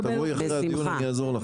תבואי אחרי הדיון, אני אעזור לך.